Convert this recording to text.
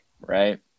right